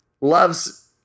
loves